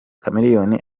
chameleone